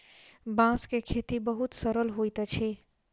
बांस के खेती बहुत सरल होइत अछि